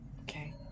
Okay